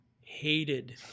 hated